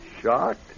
Shocked